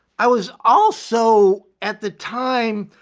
i was also at the time,